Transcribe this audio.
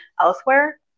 elsewhere